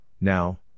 now